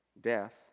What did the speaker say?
death